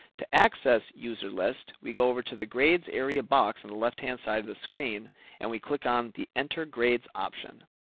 to access user list we go over to the grades area box on and the left-hand side of the screen and we click on the enter grades option.